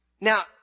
Now